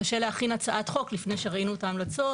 קשה להכין הצעת חוק לפני שראינו את ההמלצות.